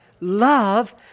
love